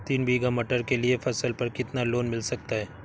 तीन बीघा मटर के लिए फसल पर कितना लोन मिल सकता है?